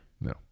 No